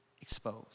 exposed